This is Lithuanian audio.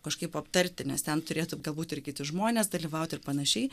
kažkaip aptarti nes ten turėtų galbūt ir kiti žmonės dalyvauti ir panašiai